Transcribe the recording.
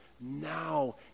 Now